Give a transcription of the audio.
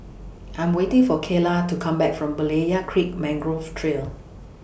I'm waiting For Kaela to Come Back from Berlayer Creek Mangrove Trail